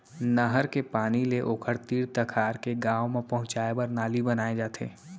नहर के पानी ले ओखर तीर तखार के गाँव म पहुंचाए बर नाली बनाए जाथे